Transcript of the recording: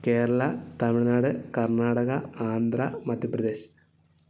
Kerala Tamil Nadu Karnataka Andhra Madhya Pradesh